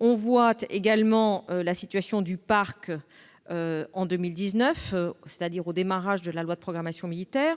mentionne également la situation du parc en 2019, c'est-à-dire au démarrage de la loi de programmation militaire.